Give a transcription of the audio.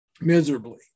miserably